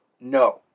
no